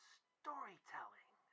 storytelling